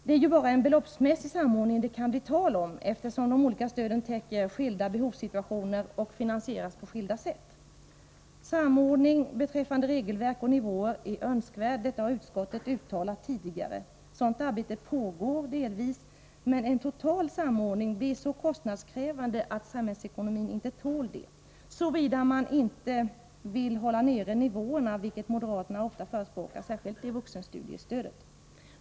Det är ju bara en beloppsmässig samordning det kan bli tal om, eftersom de olika stöden täcker skilda behovssituationer och finansieras på skilda sätt. Samordning beträffande regelverk och nivåer är önskvärd. Detta har utskottet uttalat tidigare. Sådant arbete pågår delvis, men en total samordning blir så kostnadskrävande att samhällsekonomin inte tål detta — såvida man inte vill hålla nere nivåerna, vilket moderaterna ofta förespråkar, särskilt beträffande vuxenstudiestödet.